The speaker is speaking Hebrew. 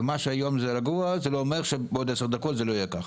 אם היום רגוע זה לא אומר שבעוד 10 דקות זה יהיה ככה,